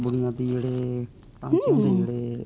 बुनियादी जेह्ड़े ढांचे होंदे जेह्ड़े